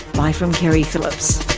bye from keri phillips